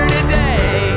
Today